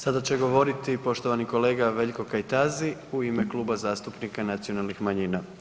Sada će govoriti poštovani kolega Veljko Kajtazi u ime Kluba zastupnika nacionalnih manjina.